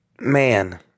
man